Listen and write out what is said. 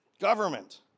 Government